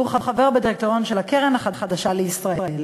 הוא חבר בדירקטוריון של הקרן החדשה לישראל.